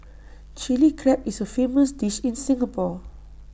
Chilli Crab is A famous dish in Singapore